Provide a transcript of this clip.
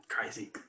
crazy